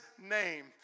name